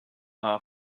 our